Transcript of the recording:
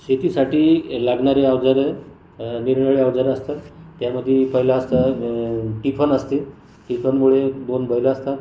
शेतीसाठी लागणारी अवजारं निरनिराळी अवजारं असतात त्यामध्ये पहिलं असतं तिफन असते तिफनमुळे दोन बैल असतात